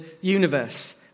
universe